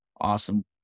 Awesome